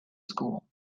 school